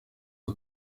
que